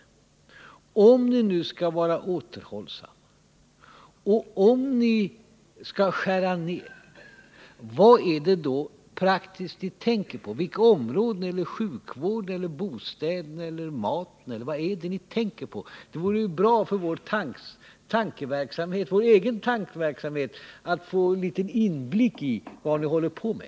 Om ni nu skall vara återhållsamma och skära ned, vad är det då ni praktiskt tänker på? Vilka områden gäller det? Är det sjukvården, bostäderna, maten, eller vad är det ni tänker på? Det vore bra för vår egen tankeverksamhet att få en liten inblick i vad det är ni håller på med.